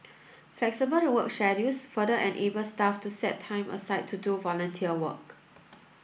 flexible work schedules further enable staff to set time aside to do volunteer work